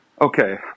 Okay